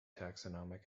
taxonomic